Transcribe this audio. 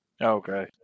Okay